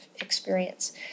experience